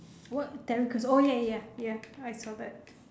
what terry crews oh ya ya ya ya I saw that